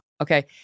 Okay